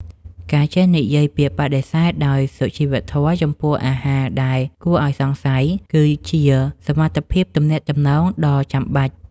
ការចេះនិយាយពាក្យបដិសេធដោយសុជីវធម៌ចំពោះអាហារដែលគួរឱ្យសង្ស័យគឺជាសមត្ថភាពទំនាក់ទំនងដ៏ចាំបាច់។